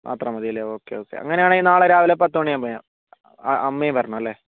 മാത്രം മതി അല്ലെ ഓക്കേ ഓക്കേ അങ്ങനെയാണെങ്കിൽ നാളെ രാവിലെ പത്തു മണി ആകുമ്പോൾ ഞാൻ അമ്മയും വരണം അല്ലേ